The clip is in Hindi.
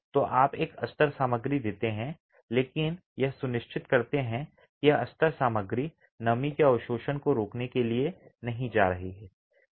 तो आप एक अस्तर सामग्री देते हैं लेकिन यह सुनिश्चित करते हैं कि यह अस्तर सामग्री नमी के अवशोषण को रोकने के लिए नहीं जा रही है